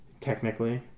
technically